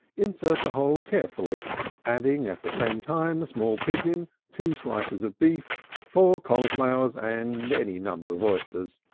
insert the whole carefully adding at the same time a small pigeon, two slices of beef, four cauliflowers, and any number of oysters.